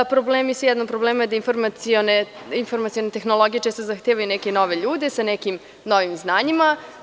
Jedan od problema je da informacione tehnologije često zahtevaju neke nove ljude sa nekim novim znanjima.